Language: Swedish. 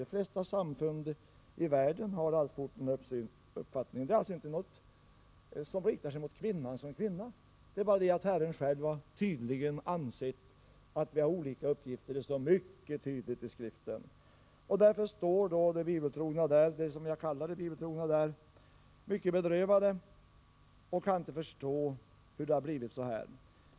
De flesta samfund i världen har alltfort den uppfattningen. Det är alltså inte något som riktar sig mot kvinnan som kvinna, det är bara det att Herren själv tydligen har ansett att vi har olika uppgifter; det står mycket tydligt i Skriften. Därför står de som jag kallar de bibeltrogna där mycket bedrövade och kan inte förstå hur det har blivit så här.